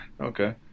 okay